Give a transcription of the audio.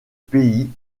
pays